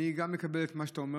אני גם מקבל את מה שאתה אומר,